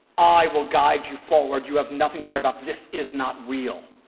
i will guide you forward, you have nothing to worry about, this is not real.